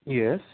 yes